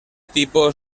tipo